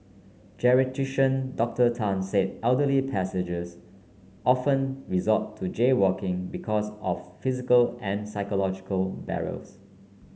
Geriatrician Doctor Tan said elderly pedestrians often resort to jaywalking because of physical and psychological barriers